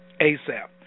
ASAP